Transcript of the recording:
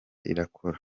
irakora